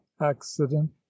accident